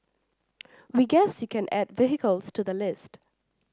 we guess you can add vehicles to the list